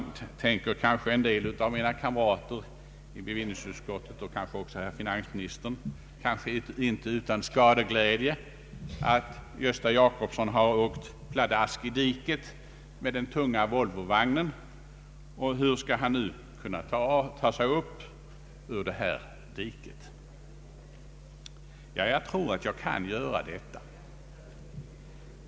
Nu tänker kanske en del av mina kamrater i bevillningsutskottet, kanske också finansministern, icke utan skadeglädje att Gösta Jacobsson har åkt pladask i diket med den tunga Volvolastbilen. Hur skall han kunna ta sig upp ur diket? Jag tror att jag kan göra det.